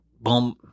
Boom